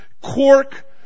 cork